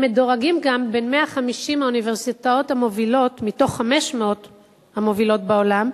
הם גם מדורגים בין 150 האוניברסיטאות המובילות מתוך 500 המובילות בעולם,